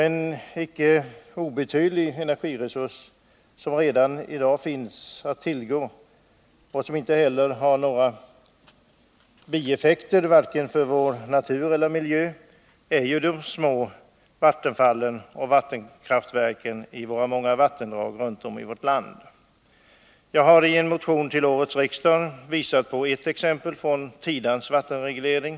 En icke obetydlig energiresurs som redan i dag finns att tillgå och som inte har några bieffekter för vare sig vår natur eller vår miljö är de små vattenfall med tillhörande vattenkraftverk som finns i de många vattendragen runt om i vårt land. Jag har i en motion till årets riksmöte som ett exempel visat på Tidans vattenreglering.